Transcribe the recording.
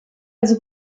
also